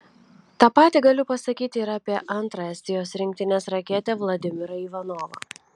tą patį galiu pasakyti ir apie antrą estijos rinktinės raketę vladimirą ivanovą